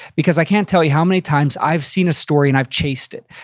because i can't tell you how many times i've seen a story and i've chased it.